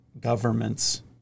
governments